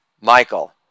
Michael